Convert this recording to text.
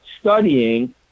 studying